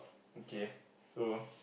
okay so